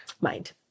mind